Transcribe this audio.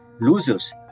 Losers